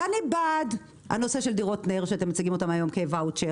ואני בעד הנושא של דירות נ"ר שאתם מציגים אותו היום כוואוצ'ר.